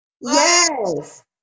Yes